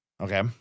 Okay